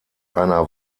einer